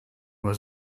was